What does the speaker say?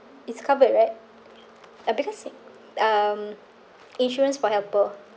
it's covered right uh because um insurance for helper